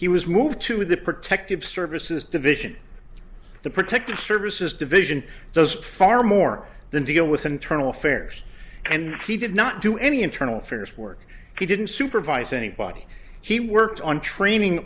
he was moved to the protective services division the protective services division does far more than deal with internal affairs and he did not do any internal affairs work he didn't supervise anybody he worked on training